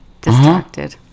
distracted